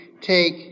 take